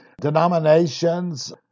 denominations